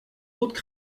autres